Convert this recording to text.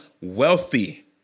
wealthy